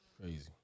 Crazy